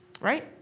right